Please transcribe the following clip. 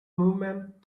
movement